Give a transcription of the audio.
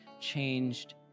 changed